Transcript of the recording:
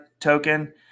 token